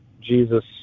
Jesus